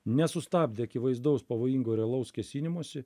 nesustabdė akivaizdaus pavojingo realaus kėsinimosi